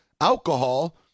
alcohol